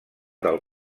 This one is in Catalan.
del